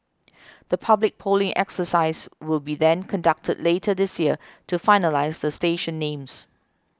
the public polling exercise will be then conducted later this year to finalise the station names